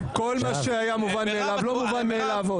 כל מה שהיה מובן מאליו התברר כלא מובן מאליו,